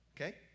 Okay